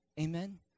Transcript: Amen